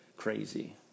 crazy